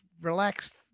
relaxed